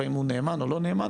והאם הוא נאמן או לא נאמן.